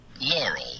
Laurel